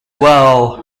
well